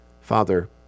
Father